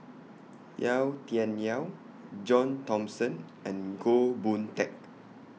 Yau Tian Yau John Thomson and Goh Boon Teck